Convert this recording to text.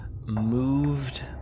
moved